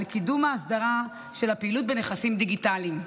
על קידום האסדרה של הפעילות בנכסים דיגיטליים.